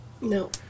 no